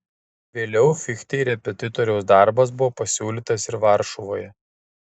vėliau fichtei repetitoriaus darbas buvo pasiūlytas ir varšuvoje